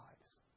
lives